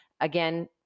again